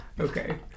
Okay